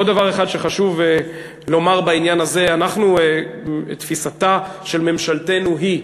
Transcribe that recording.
עוד דבר אחד שחשוב לומר בעניין הזה: תפיסתה של ממשלתנו היא,